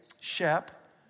Shep